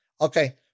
Okay